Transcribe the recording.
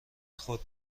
خود